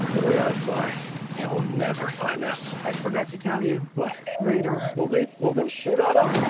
way i fly, they will never find us. i forgot to tell you. what? radar. will they, will they shoot at us?